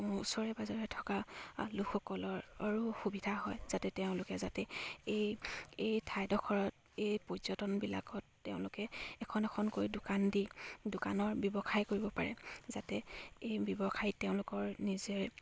ওচৰে পাজৰে থকা লোকসকলৰো সুবিধা হয় যাতে তেওঁলোকে যাতে এই এই ঠাইডোখৰত এই পৰ্যটনবিলাকত তেওঁলোকে এখন এখনকৈ দোকান দি দোকানৰ ব্যৱসায় কৰিব পাৰে যাতে এই ব্যৱসায় তেওঁলোকৰ নিজে